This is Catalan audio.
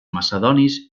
macedonis